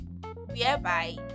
whereby